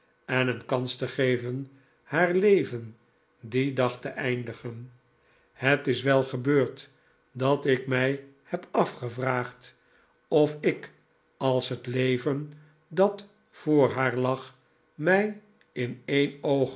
en een kans te geven haar leven dien dag te eindigen het is wel gebeurd dat ik mij heb afgevraagd of ik als het leven dat voor haar lag mij in